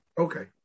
Okay